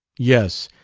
yes,